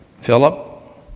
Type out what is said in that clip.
Philip